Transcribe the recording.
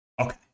okay